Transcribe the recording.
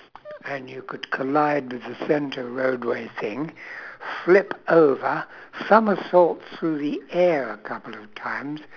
and you could collide with the centre roadway thing flip over somersault through the air a couple of times